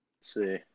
see